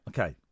Okay